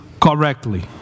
correctly